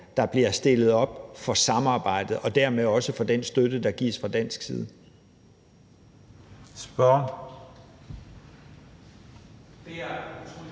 der bliver stillet op for samarbejdet og dermed også for den støtte, der gives fra dansk side.